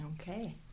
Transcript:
okay